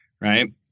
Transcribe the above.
Right